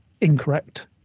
incorrect